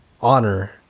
honor